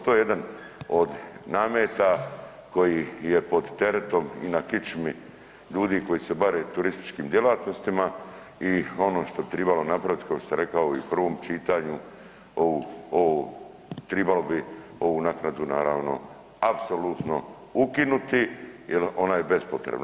To je jedan od nameta koji je pod teretom i na kičmi ljudi koji se bave turističkim djelatnostima i ono što bi tribalo napravit, košto sam rekao i u prvom čitanju, ovu, ovu, tribalo bi ovu naknadu naravno apsolutno ukinuti jel ona je bespotrebna.